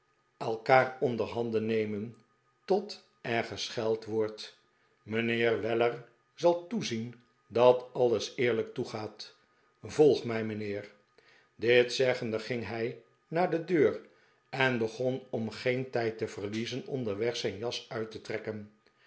elkaar onderhanden nemen tot er gescheld wordt mijnheer weller zal toezien dat alles eerlijk toegaat volg mij mijnheer dit zeggende ging hij naar de deur en begon om geen tijd te verliezen onderweg zijn jas uit te trekken